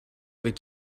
avait